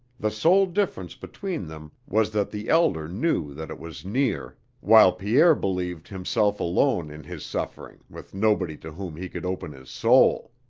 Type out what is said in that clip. the sole difference between them was that the elder knew that it was near while pierre believed himself alone in his suffering with nobody to whom he could open his soul.